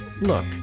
Look